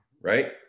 right